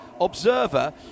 observer